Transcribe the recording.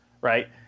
right